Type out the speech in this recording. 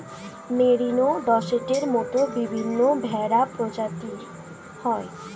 merino, ডর্সেটের মত বিভিন্ন ভেড়া প্রজাতি হয়